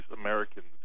Americans